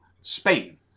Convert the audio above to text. Spain